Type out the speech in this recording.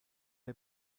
der